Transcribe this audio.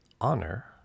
honor